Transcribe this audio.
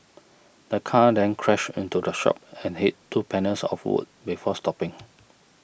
the car then crashed into the shop and hit two panels of wood before stopping